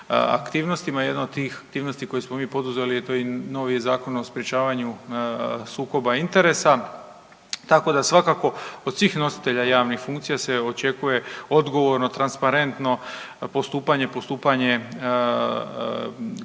aktivnostima. Jedna od tih aktivnosti koje smo mi poduzeli je novi Zakon o sprječavanju sukoba interesa, tako da svakako od svih nositelja javnih funkcija se očekuje odgovorno, transparentno postupanje, postupanje koje